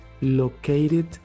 located